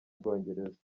bwongereza